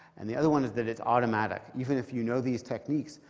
and the other one is that it's automatic. even if you know these techniques,